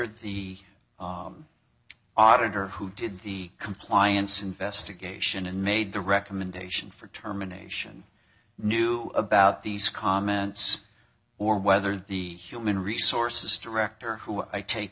whether the auditor who did the compliance investigation and made the recommendation for terminations knew about these comments or whether the human resources director who i take